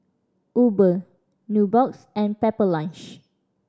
Uber Nubox and Pepper Lunch